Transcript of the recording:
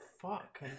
fuck